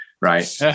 right